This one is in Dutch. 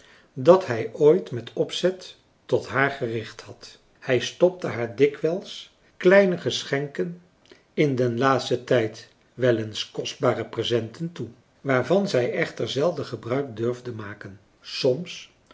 dat hij ooit met opzet tot haar gericht had hij stopte haar dikwijls kleine geschenken in den laatsten tijd wel eens kostbare presenten toe waarvan zij echter zelden gebruik durfde maken soms